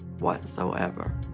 whatsoever